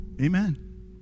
Amen